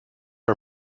are